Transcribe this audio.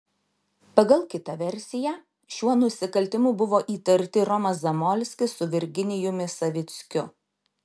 pagal kitą versiją šiuo nusikaltimu buvo įtarti ir romas zamolskis su virginijumi savickiu